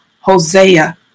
Hosea